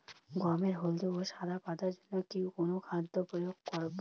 গমের হলদে ও সাদা পাতার জন্য কি অনুখাদ্য প্রয়োগ করব?